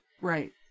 Right